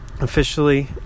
Officially